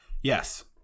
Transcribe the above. Yes